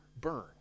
burn